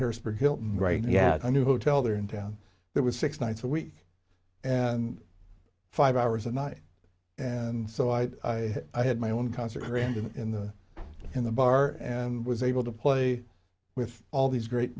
harrisburg hilton right yeah the new hotel there in town that was six nights a week and five hours a night and so i had my own concert grand in the in the bar and was able to play with all these great